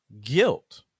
guilt